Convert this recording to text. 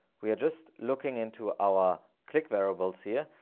we're just looking into our click variables here.